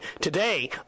today